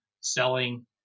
selling